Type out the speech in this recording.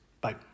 bye